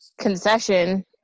concession